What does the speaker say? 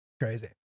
Crazy